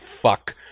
fuck